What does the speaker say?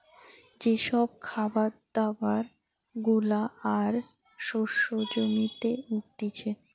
যে সব খাবার দাবার গুলা আর শস্য জমিতে উগতিচে